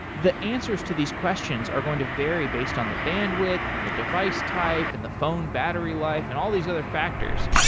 the answers to these questions are going to vary based on the bandwidth and the device type and the phone batter life and all these other factors.